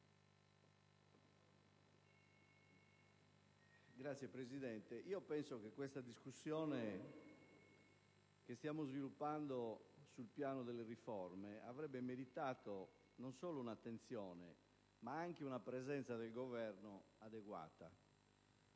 Signora Presidente, penso che la discussione che stiamo sviluppando sul piano delle riforme avrebbe meritato non solo un'attenzione, ma anche una presenza del Governo adeguata.